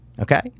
Okay